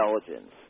intelligence